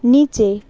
নীচে